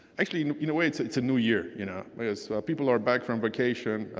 actually, in a way it's it's a new year, you know. because people are back from vacation.